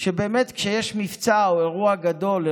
שכשיש מבצע או אירוע גדול,